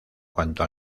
cuanto